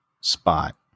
spot